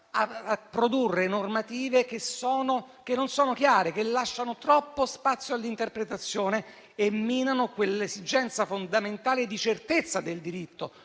a produrre normative che non sono chiare, che lasciano troppo spazio all'interpretazione e minano quell'esigenza fondamentale di certezza del diritto.